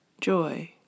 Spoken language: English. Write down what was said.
joy